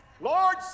Lord